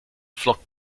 flockt